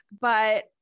But-